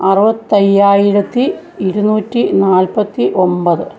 അറുപത്തി അയ്യായിരത്തി ഇരുന്നൂറ്റി നാൽപ്പത്തി ഒൻപത്